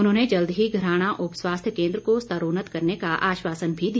उन्होंने जल्द ही घराणा उपस्वास्थ्य केंद्र को स्तरोन्नत करने का आश्वासन भी दिया